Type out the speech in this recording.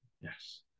Yes